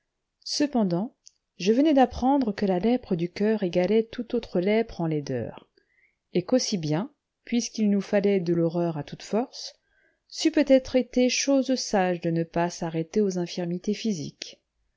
cependant je venais d'apprendre que la lèpre du coeur égalait toute autre lèpre en laideur et qu'aussi bien puisqu'il nous fallait de l'horreur à toute force c'eût peut-être été chose sage de ne pas s'arrêter aux infirmités physiques